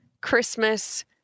Christmas